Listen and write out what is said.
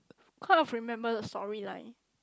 quite of remember the story like